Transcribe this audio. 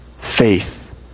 faith